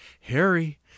Harry